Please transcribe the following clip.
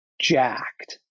jacked